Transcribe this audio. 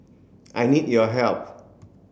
I need your help